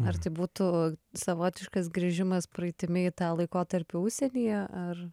ar tai būtų savotiškas grįžimas praeitimi į tą laikotarpį užsienyje ar